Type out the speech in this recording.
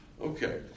Okay